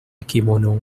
kimono